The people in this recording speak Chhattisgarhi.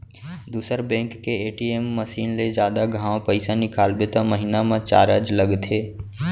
दूसर बेंक के ए.टी.एम मसीन ले जादा घांव पइसा निकालबे त महिना म चारज लगथे